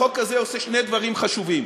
החוק הזה עושה שני דברים חשובים: